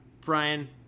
Brian